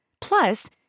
Plus